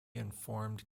informed